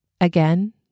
Again